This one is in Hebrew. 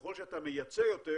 ככל שאתה מייצא יותר